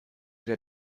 der